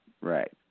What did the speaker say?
Right